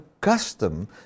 custom